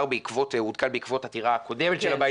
עודכן בעקבות העתירה הקודמת של הבית